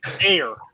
air